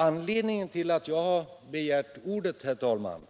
Anledningen till att jag har begärt ordet, herr talman,